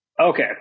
Okay